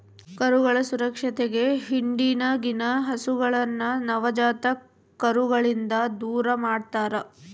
ಕರುಗಳ ಸುರಕ್ಷತೆಗೆ ಹಿಂಡಿನಗಿನ ಹಸುಗಳನ್ನ ನವಜಾತ ಕರುಗಳಿಂದ ದೂರಮಾಡ್ತರಾ